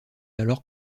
alors